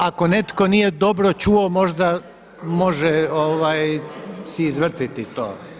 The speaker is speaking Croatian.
Ako netko nije dobro čuo možda može si izvrtiti to.